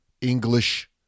English